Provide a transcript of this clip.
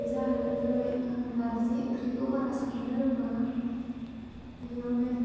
जाहोना जाबाय आङो नारजि ओंख्रिखौ बारा संनो रोबाङा बेयावनो